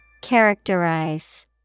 Characterize